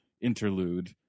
interlude